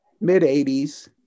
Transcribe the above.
mid-80s